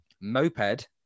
Moped